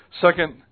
Second